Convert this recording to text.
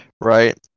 right